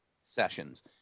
sessions